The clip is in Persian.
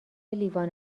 لیوان